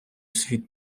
світ